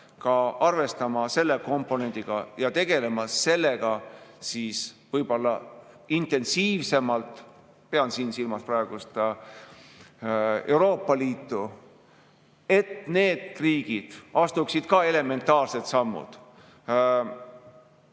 arvestama ka selle komponendiga ja tegelema sellega võib-olla intensiivsemalt, pean siin silmas praegust Euroopa Liitu, et need riigid astuksid ka elementaarsed sammud